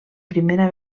primera